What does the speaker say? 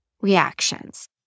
reactions